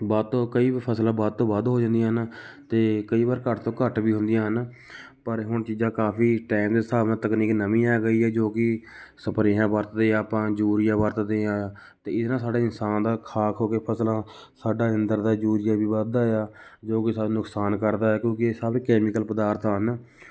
ਵੱਤ ਕਈ ਫਸਲਾਂ ਵੱਧ ਤੋਂ ਵੱਧ ਹੋ ਜਾਂਦੀਆਂ ਹਨ ਅਤੇ ਕਈ ਵਾਰ ਘੱਟ ਤੋਂ ਘੱਟ ਵੀ ਹੁੰਦੀਆਂ ਹਨ ਪਰ ਹੁਣ ਚੀਜ਼ਾਂ ਕਾਫੀ ਟਾਈਮ ਦੇ ਹਿਸਾਬ ਨਾਲ ਤਕਨੀਕ ਨਵੀਂ ਆ ਗਈ ਹੈ ਜੋ ਕਿ ਸਪਰੇਹਾਂ ਵਰਤਦੇ ਆਪਾਂ ਯੂਰੀਆ ਵਰਤਦੇ ਹਾਂ ਅਤੇ ਇਹ ਨਾ ਸਾਡਾ ਇਨਸਾਨ ਦਾ ਖਾ ਖਾ ਹੋ ਕੇ ਫਸਲਾਂ ਸਾਡਾ ਅੰਦਰ ਦਾ ਯੂਰੀਆ ਵੀ ਵੱਧਦਾ ਆ ਜੋ ਕਿ ਸਾਨੂੰ ਨੁਕਸਾਨ ਕਰਦਾ ਕਿਉਂਕਿ ਇਹ ਸਭ ਕੈਮੀਕਲ ਪਦਾਰਥ ਹਨ